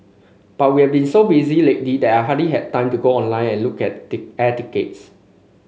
but we have been so busy lately that I hardly had time to go online and look at air tickets